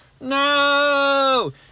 No